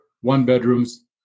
one-bedrooms